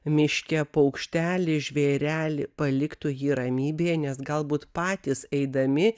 miške paukštelį žvėrelį paliktų jį ramybėje nes galbūt patys eidami